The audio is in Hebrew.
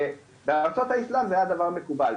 ובארצות האסלאם זה היה דבר מקובל,